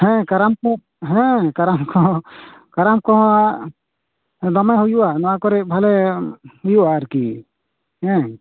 ᱦᱮᱸ ᱠᱟᱨᱟᱢ ᱠᱚ ᱦᱮᱸ ᱠᱟᱨᱟᱢ ᱠᱚᱦᱚᱸ ᱠᱟᱨᱟᱢ ᱠᱚᱦᱚᱸ ᱟᱜ ᱫᱚᱢᱮ ᱦᱩᱭᱩᱜ ᱟ ᱱᱚᱣᱟ ᱠᱚᱨᱮ ᱵᱷᱟᱞᱮ ᱦᱩᱭᱩᱜ ᱟ ᱟᱨ ᱠᱤ ᱦᱮᱸ